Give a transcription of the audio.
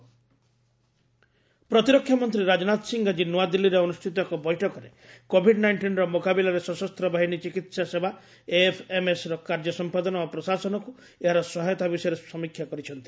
defence minister review ପ୍ରତିରକ୍ଷା ମନ୍ତ୍ରୀ ରାଜନାଥ ସିଂହ ଆଜି ନୂଆଦିଲ୍ଲୀରେ ଅନୁଷ୍ଠିତ ଏକ ବୈଠକରେ କୋଭିଡ୍ ନାଇଷ୍ଟିନ୍ର ମୁକାବିଲାରେ ସଶସ୍ତ ବାହିନୀ ଚିକିତ୍ସା ସେବା ଏଏଫ୍ଏମ୍ଏସ୍ର କାର୍ଯ୍ୟ ସମ୍ପାଦନା ଓ ପ୍ରଶାସନକୁ ଏହାର ସହାୟତା ବିଷୟରେ ସମୀକ୍ଷା କରିଛନ୍ତି